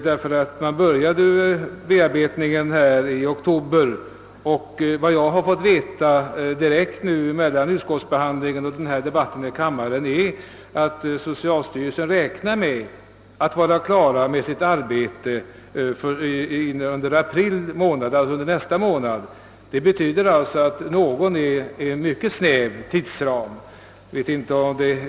Bearbetningen av den började ju i oktober i fjol, och jag har mellan utskottsbehandlingen och debatten i dag fått veta, att socialstyrelsen räknar med att vara klar med sitt arbete under nästa månad. Det betyder alltså att »någon tid» är en mycket snäv tidsram.